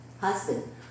husband